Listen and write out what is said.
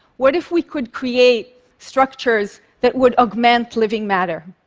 what if we could create structures that would augment living matter?